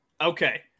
Okay